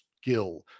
skill